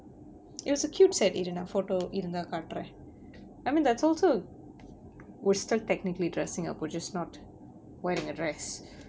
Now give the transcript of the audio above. it was a cute set இரு நா:iru naa photo இருந்தா காட்டுறேன்:irunthaa kaaturaen I mean that's also we're stil technically dressing up we're just not wearing a dress